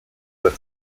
bei